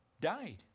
died